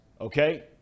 okay